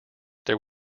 there